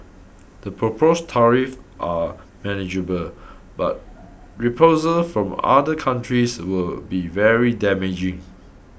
the proposed tariffs are manageable but reprisals from other countries would be very damaging